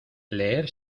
leer